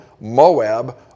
Moab